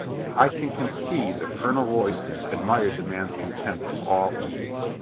i can conceive that colonel royston admired the man's contempt of all ease.